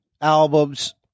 albums